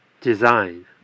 design